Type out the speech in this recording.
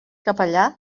capellà